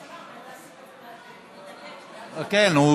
חכה, נו.